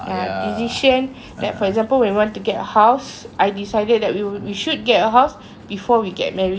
ha decision like for example when you want to get a house I decided that we would we should get a house before we get married ah